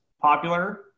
popular